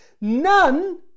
None